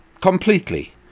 completely